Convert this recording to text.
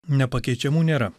nepakeičiamų nėra